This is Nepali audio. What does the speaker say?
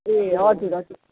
ए हजुर हजुर